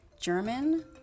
German